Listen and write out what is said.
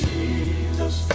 Jesus